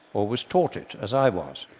or was taught it, as i was.